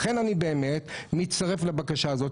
לכן אני באמת מצטרף לבקשה הזאת.